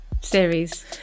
series